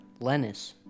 Lennis